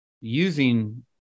using